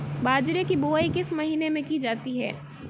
बाजरे की बुवाई किस महीने में की जाती है?